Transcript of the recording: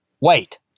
Wait